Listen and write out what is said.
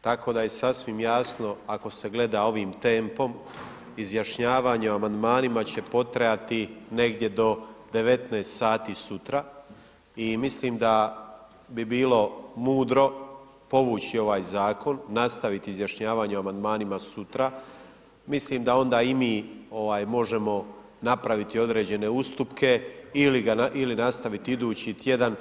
tako da je sasvim jasno, ako se gleda ovim tempom, izjašnjavanje o amandmanima, će potrajati negdje do 19,00 sati sutra i mislim da bi bilo mudro povući ovaj zakon, nastaviti o izjašnjavanje o amandmanima sutra, mislim da onda i mi, možemo napraviti određene ustupke ili nastaviti ga idući tjedan.